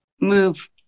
move